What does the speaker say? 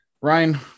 Ryan